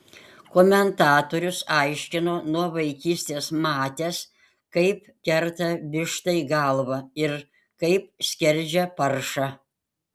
komentatorius aiškino nuo vaikystės matęs kaip kerta vištai galvą ir kaip skerdžia paršą